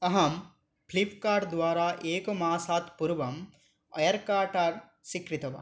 अहं फ़्लिप्कार्ट् द्वारा एकमासात् पूर्वं आयार् काटार् स्वीकृतवान्